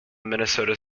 minnesota